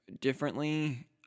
differently